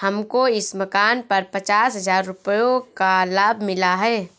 हमको इस मकान पर पचास हजार रुपयों का लाभ मिला है